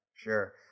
Sure